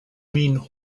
mean